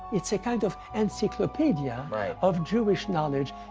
it's a kind of encyclopedia of jewish knowledge.